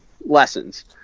lessons